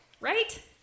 right